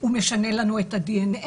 הוא משנה לנו את ה-DNA,